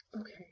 Okay